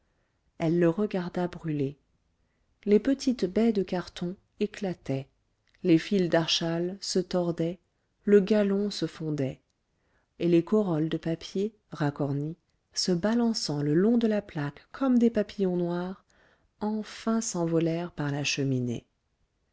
elle le regarda brûler les petites baies de carton éclataient les fils d'archal se tordaient le galon se fondait et les corolles de papier racornies se balançant le long de la plaque comme des papillons noirs enfin s'envolèrent par la cheminée